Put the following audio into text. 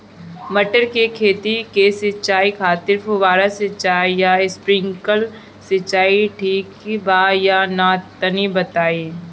मटर के खेती के सिचाई खातिर फुहारा सिंचाई या स्प्रिंकलर सिंचाई ठीक बा या ना तनि बताई?